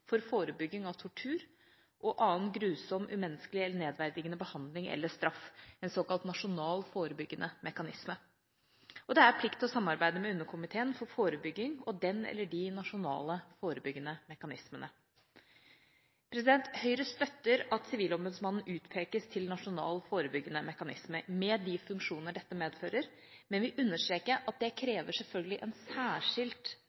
for forebygging av tortur og annen grusom, umenneskelig og nedverdigende behandling eller straff, en såkalt nasjonal forebyggende mekanisme. Og det er plikt til å samarbeide med Underkomiteen for forebygging og den eller de nasjonale forebyggende mekanismene. Høyre støtter at Sivilombudsmannen utpekes til nasjonal forebyggende mekanisme med de funksjoner dette medfører, men vil understreke at det